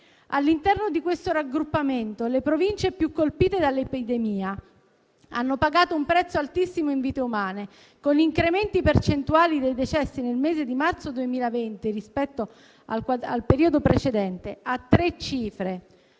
All'interno di questo raggruppamento, le Province più colpite dall'epidemia hanno pagato un prezzo altissimo in vite umane, con incrementi percentuali dei decessi nel mese di marzo 2020, rispetto al periodo precedente, a tre cifre.